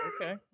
Okay